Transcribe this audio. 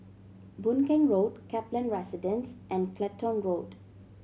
Boon Keng Road Kaplan Residence and Clacton Road